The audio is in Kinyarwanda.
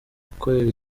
gukorera